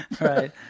Right